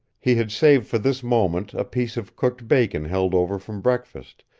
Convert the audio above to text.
he had saved for this moment a piece of cooked bacon held over from breakfast,